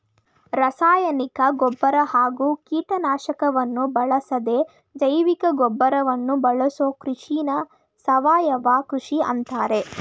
ರಾಸಾಯನಿಕ ಗೊಬ್ಬರ ಹಾಗೂ ಕೀಟನಾಶಕವನ್ನು ಬಳಸದೇ ಜೈವಿಕಗೊಬ್ಬರವನ್ನು ಬಳಸೋ ಕೃಷಿನ ಸಾವಯವ ಕೃಷಿ ಅಂತಾರೆ